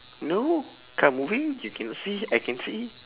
no car moving you cannot see I can see